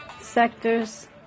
sectors